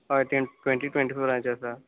हय तेंक ट्वँटी ट्वँटी फोराचे आसा